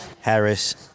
Harris